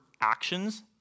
actions